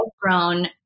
grown